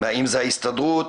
אם זה ההסתדרות,